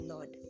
Lord